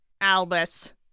Albus